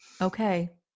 Okay